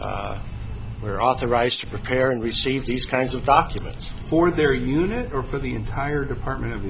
they're authorized to prepare and receive these kinds of documents for their unit or for the entire department of